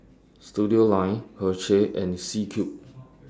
Studioline Herschel and C Cube